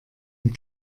und